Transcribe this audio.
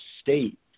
state